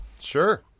sure